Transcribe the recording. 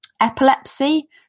epilepsy